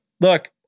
look